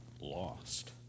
lost